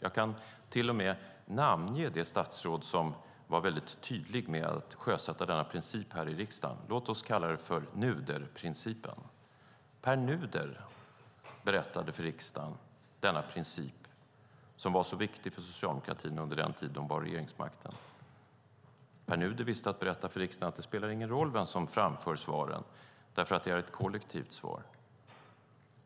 Jag kan till och med namnge det statsråd som var väldigt tydlig med att sjösätta denna princip här i riksdagen - låt oss kalla den för Nuderprincipen. Pär Nuder berättade för riksdagen om denna princip, som var så viktig för socialdemokratin under den tid de hade regeringsmakten. Pär Nuder visste att berätta för riksdagen att det inte spelar någon roll vem som framför svaren eftersom det är ett kollektivt svar.